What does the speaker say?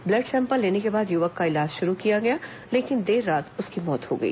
blood sample लेने के बाद युवक का इलाज शुरू किया लेकिन देर रात उसकी मौत हो गई